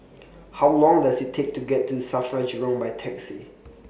How Long Does IT Take to get to SAFRA Jurong By Taxi